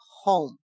home